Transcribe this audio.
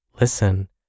Listen